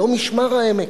לא משמר העמק.